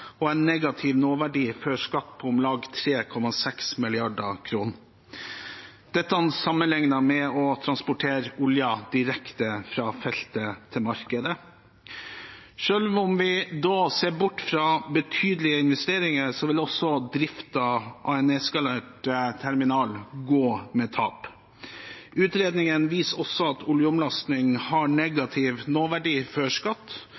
og en negativ nåverdi før skatt på om lag 3,6 mrd. kr – dette sammenlignet med å transportere oljen direkte fra feltet til markedet. Selv om vi ser bort fra betydelige investeringer, ville også driften av en nedskalert terminal gå med tap. Utredningen viser også at oljeomlasting har en negativ nåverdi før skatt